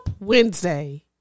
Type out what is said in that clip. Wednesday